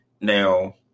now